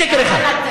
שקר אחד.